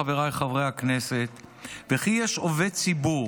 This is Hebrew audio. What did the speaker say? חבריי חברי הכנסת: וכי יש עובד ציבור